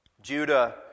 Judah